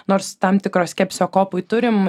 nors tam tikro skepsio kopui turim